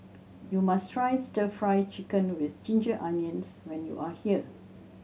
you must try Stir Fry Chicken with ginger onions when you are here